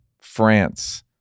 France